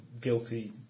guilty